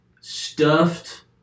stuffed